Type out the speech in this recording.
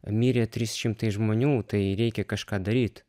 mirė trys šimtai žmonių tai reikia kažką daryt